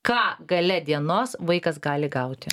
ką gale dienos vaikas gali gauti